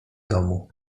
domu